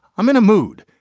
i'm in a mood.